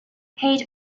page